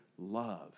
love